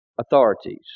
authorities